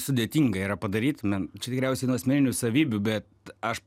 sudėtinga yra padaryt čia tikriausiai nuo asmeninių savybių bet aš